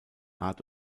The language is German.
art